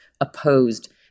opposed